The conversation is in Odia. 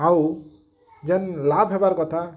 ଆଉ ଯେନ୍ ଲାଭ୍ ହେବାର୍ କଥା